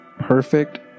Perfect